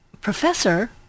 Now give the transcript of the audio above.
professor